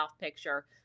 picture